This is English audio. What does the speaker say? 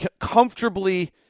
comfortably